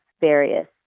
various